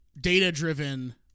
data-driven